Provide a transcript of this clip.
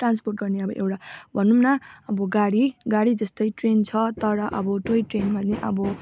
transport गर्ने अब एउटा भनौँ अब गाडी गाडी जस्तै ट्रेन छ तर अब टोई ट्रेनमा नै अब